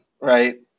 right